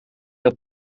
had